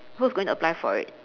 who's going to apply for it